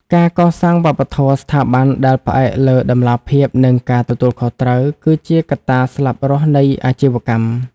ការកសាងវប្បធម៌ស្ថាប័នដែលផ្អែកលើ "តម្លាភាព និងការទទួលខុសត្រូវ" គឺជាកត្តាស្លាប់រស់នៃអាជីវកម្ម។